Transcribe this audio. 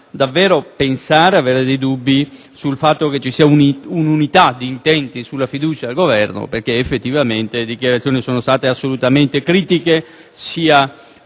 davvero pensare e avere dei dubbi sul fatto che ci sia un'unità d'intenti sulla fiducia al Governo, visto che le dichiarazioni sono state assolutamente critiche per